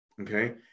Okay